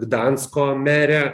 gdansko merė